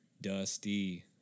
Dusty